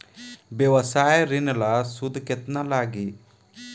व्यवसाय ऋण ला सूद केतना लागी?